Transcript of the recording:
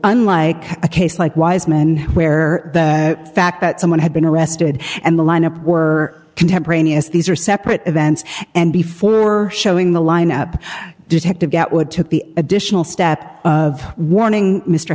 unlike a case like wisemen where the fact that someone had been arrested and the lineup were contemporaneous these are separate events and before showing the lineup detective get what took the additional step of warning mr